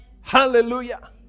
Hallelujah